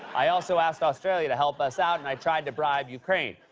i also asked australia to help us out. and i tried to bribe ukraine.